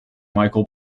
michael